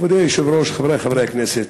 כבוד היושב-ראש, חברי חברי הכנסת,